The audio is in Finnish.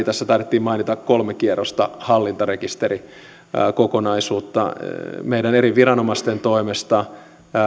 läpi tässä taidettiin mainita kolme kierrosta hallintarekisterikokonaisuutta meidän eri viranomaistemme toimesta